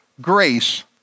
grace